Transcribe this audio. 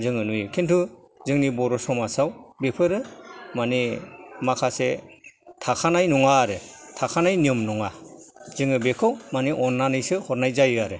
जोङो नुयो किन्तु जोंनि बर' समाजाव बेफोरो माने माखासे थाखानाय नङा आरो थाखानाय नियम नङा जोङो बिखौ माने अन्नानैसो हरनाय जायो आरो